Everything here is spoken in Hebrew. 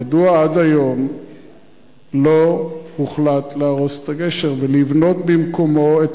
מדוע עד היום לא הוחלט להרוס את הגשר ולבנות במקומו את